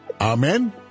Amen